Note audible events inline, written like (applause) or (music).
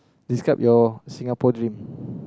describe your Singapore dream (breath)